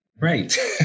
Right